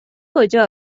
کجا